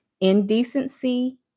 indecency